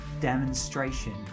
demonstration